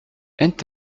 hent